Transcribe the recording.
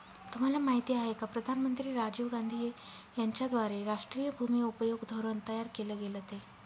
तुम्हाला माहिती आहे का प्रधानमंत्री राजीव गांधी यांच्याद्वारे राष्ट्रीय भूमि उपयोग धोरण तयार केल गेलं ते?